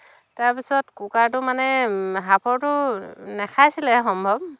তাৰ পিছত কুকাৰটো মানে সাঁফৰটো নাখাইছিলে সম্ভৱ